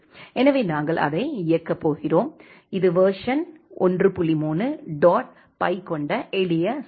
எனவே நாங்கள் அதை இயக்கப் போகிறோம் இது வெர்சன் 13 டாட் பை கொண்ட எளிய சுவிட்ச்